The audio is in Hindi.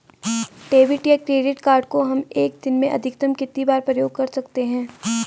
डेबिट या क्रेडिट कार्ड को हम एक दिन में अधिकतम कितनी बार प्रयोग कर सकते हैं?